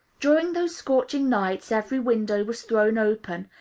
during those scorching nights every window was thrown open,